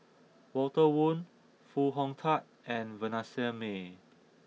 Walter Woon Foo Hong Tatt and Vanessa Mae